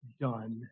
done